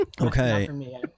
Okay